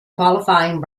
qualifying